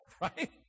right